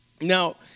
Now